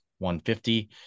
150